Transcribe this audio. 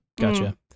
gotcha